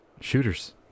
Shooters